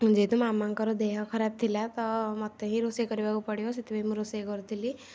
ଯେହେତୁ ମାମାଙ୍କର ଦେହ ଖରାପ ଥିଲା ତ ମୋତେ ହିଁ ରୋଷେଇ କରିବାକୁ ପଡ଼ିବ ସେଥିପାଇଁ ମୁଁ ରୋଷେଇ କରୁଥିଲି